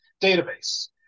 database